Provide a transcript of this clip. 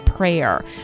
prayer